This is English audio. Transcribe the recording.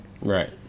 right